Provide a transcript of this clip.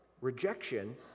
rejection